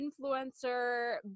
influencer